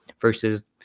versus